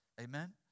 Amen